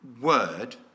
word